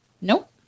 Nope